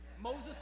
Moses